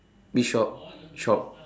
which shop shop